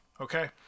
okay